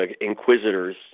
inquisitors